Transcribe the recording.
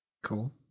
Cool